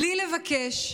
בלי לבקש.